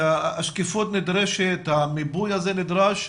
השקיפות נדרשת, המיפוי הזה נדרש,